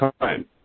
time